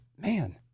man